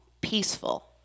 peaceful